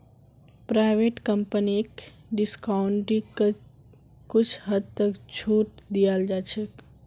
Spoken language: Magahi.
प्राइवेट कम्पनीक डिस्काउंटिंगत कुछ हद तक छूट दीयाल जा छेक